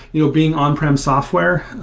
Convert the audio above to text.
you know being on-prem software,